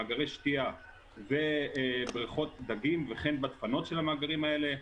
מאגרי שתייה ובריכות דגים וכן בדפנות של המאגרים האלה.